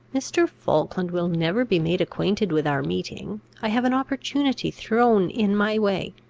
mr. falkland will never be made acquainted with our meeting i have an opportunity thrown in my way,